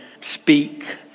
speak